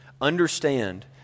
Understand